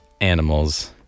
Animals